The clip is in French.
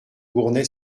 gournay